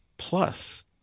Plus